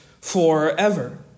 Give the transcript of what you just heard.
forever